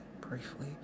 briefly